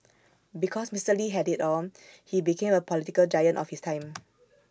because Mister lee had IT all he became A political giant of his time